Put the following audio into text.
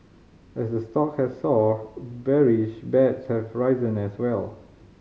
as the stock has soared bearish bets have risen as well